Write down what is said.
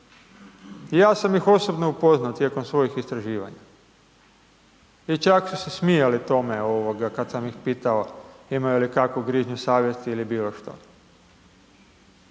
Ja sam ih osobno upoznao tijekom svojih istraživanja i čak su se smijali tome kad sam ih pitao imaju li kakvu grižnju savjesti ili bilo što.